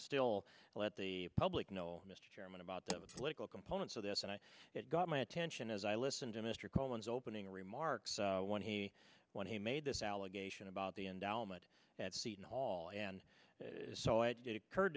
still let the public know mr chairman about the political components of this and i got my attention as i listened to mr collins opening remarks when he when he made this allegation about the endowment at seton hall and saw it it occurred